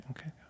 Okay